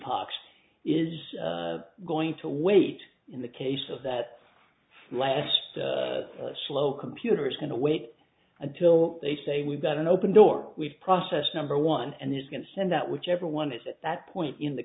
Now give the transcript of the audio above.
is going to wait in the case of that last slow computer is going to wait until they say we've got an open door we've processed number one and there's going to send that whichever one is at that point in the